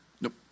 Nope